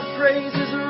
praises